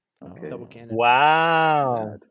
wow